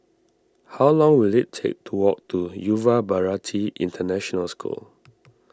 how long will it take to walk to Yuva Bharati International School